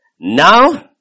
Now